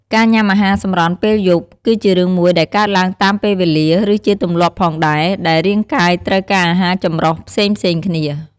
ការញ៉ាំអាហារសម្រន់ពេលយប់ គឺជារឿងមួយដែលកើតឡើងតាមពេលវេលា ឬជាទម្លាប់ផងដែរ ដែលរាងកាយត្រូវការអាហារចម្រុះផ្សេងៗគ្នា។